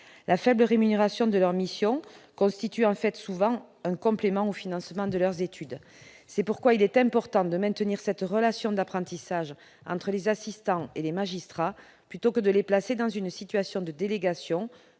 La faible rémunération de leur mission constitue en fait souvent un complément au financement de leurs études. C'est pourquoi il est important de maintenir cette relation d'apprentissage entre les magistrats et les assistants, plutôt que de placer ceux-ci dans une situation de délégation,